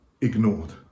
ignored